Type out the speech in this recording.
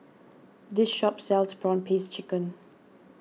this shop sells Prawn Paste Chicken